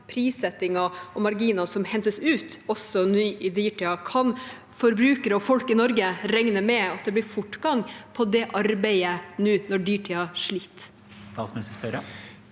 prissettingen og marginene som hentes ut, også nå i dyrtiden. Kan forbrukere og folk i Norge regne med at det blir fortgang på det arbeidet nå når dyrtiden sliter